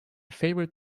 favorite